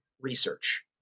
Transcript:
research